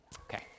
Okay